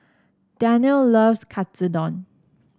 Danelle loves Katsudon